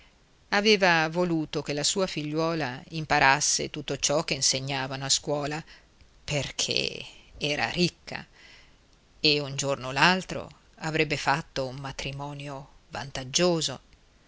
aveva voluto che la sua figliuola imparasse tutto ciò che insegnavano a scuola perché era ricca e un giorno o l'altro avrebbe fatto un matrimonio vantaggioso